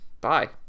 bye